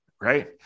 Right